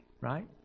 right